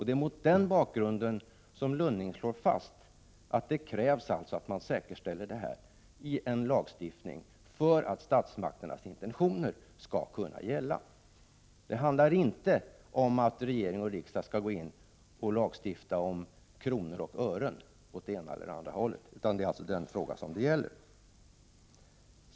Det är mot den bakgrunden som Lunning slår fast att det krävs att man säkerställer detta i en lagstiftning för att statsmakternas intentioner skall kunna genomföras. Det handlar inte om att regering och riksdag skall gå in och lagstifta om kronor och ören åt det ena eller andra hållet, utan det är denna fråga som det gäller.